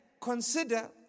consider